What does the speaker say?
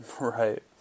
Right